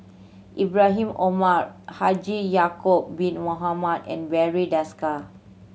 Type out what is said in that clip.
Ibrahim Omar Haji Ya'acob Bin Mohamed and Barry Desker